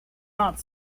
not